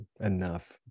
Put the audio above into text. enough